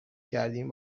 کردیم